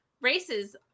races